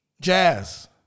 jazz